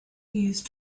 used